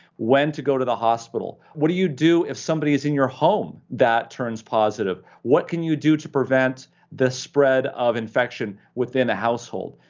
when to go to the hospital? what do you do if somebody is in your home that turns positive? what can you do to prevent the spread of infection within a household?